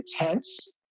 intense